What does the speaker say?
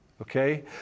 Okay